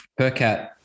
Percat